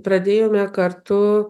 pradėjome kartu